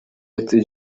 قطعه